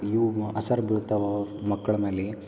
ಇವು ಅಸರ್ ಬೀಳ್ತವೆ ಮಕ್ಕಳ ಮ್ಯಾಲೆ